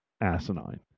asinine